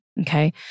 Okay